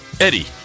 eddie